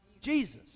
Jesus